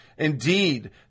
Indeed